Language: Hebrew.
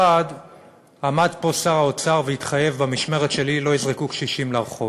1. עמד פה שר האוצר והתחייב: במשמרת שלי לא יזרקו קשישים לרחוב.